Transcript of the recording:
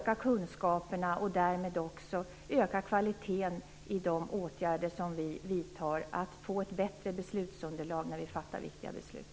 Om kunskaperna ökar, ökar därmed också kvaliteten i de åtgärder som vi vidtar. Då får vi ett bättre beslutsunderlag när vi skall fatta viktiga beslut.